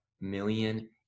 million